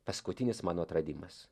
paskutinis mano atradimas